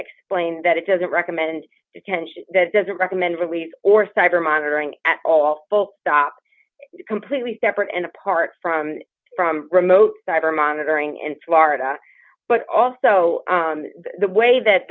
explained that it doesn't recommend detention that doesn't recommend release or cyber monitoring at all but stop completely separate and apart from from remote cyber monitoring in florida but also the way that